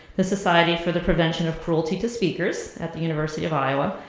the society for the prevention of cruelty to speakers at the university of iowa.